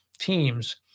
teams